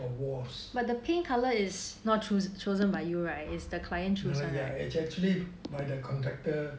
for walls is yah lah yeah is actually by the contractor